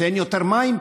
שאין יותר מים,